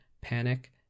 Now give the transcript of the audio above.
panic